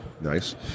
Nice